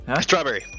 Strawberry